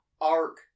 arc